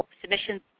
submissions